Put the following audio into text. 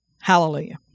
Hallelujah